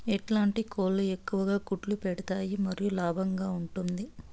ఎట్లాంటి కోళ్ళు ఎక్కువగా గుడ్లు పెడతాయి మరియు లాభంగా ఉంటుంది?